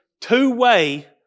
two-way